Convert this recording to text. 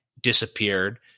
disappeared